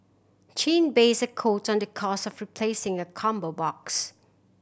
chin based the quote the cost of replacing a combo box